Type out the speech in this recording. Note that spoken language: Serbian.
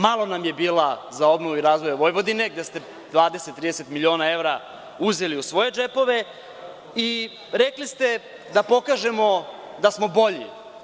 Malo nam je bila za obnovu i razvoj Vojvodine, gde ste 20, 30 miliona evra uzeli u svoje džepove i rekli ste da pokažemo da ste bolji.